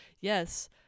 yes